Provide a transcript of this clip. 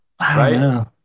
right